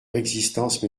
existence